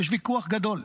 ויכוח גדול.